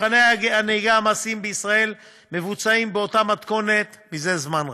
מבחני הנהיגה המעשיים בישראל מבוצעים באותה מתכונת זה זמן רב.